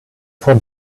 from